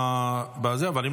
אבל אם